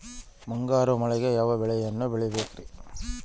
ಮುಂಗಾರು ಮಳೆಗೆ ಯಾವ ಬೆಳೆಯನ್ನು ಬೆಳಿಬೇಕ್ರಿ?